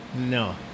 no